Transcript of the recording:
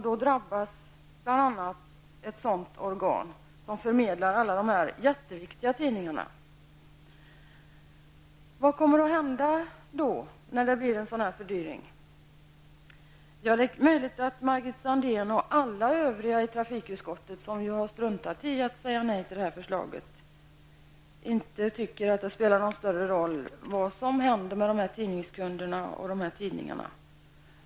Det drabbar bl.a. ett sådant organ som förmedlar alla dessa mycket viktiga tidningar. Vad kommer att hända när en sådan fördyring genomförs? Det är möjligt att Margit Sandéhn och alla de övriga i trafikutskottet, som har struntat i att säga nej till förslaget, inte tycker att det spelar någon större roll vad som händer med dessa tidningskunder och tidningar.